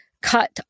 cut